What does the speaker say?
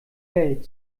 welt